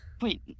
Wait